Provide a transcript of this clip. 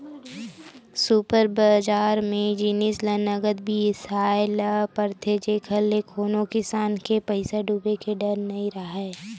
super बजार म जिनिस ल नगद बिसाए ल परथे जेखर ले कोनो किसम ले पइसा डूबे के डर नइ राहय